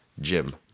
Jim